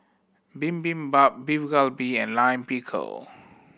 Bibimbap Beef Galbi and Lime Pickle